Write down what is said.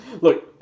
look